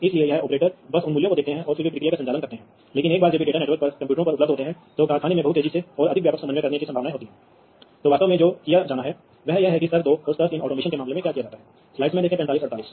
तो यह एक नियंत्रण उपकरण है जो तारों के एक जोड़े से इस रिमोट I o से जुड़ा है यह एक पोजिशनर है जो वाल्व पोजिशनर मान लीजिए जो जुड़ा हुआ है